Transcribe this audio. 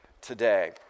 today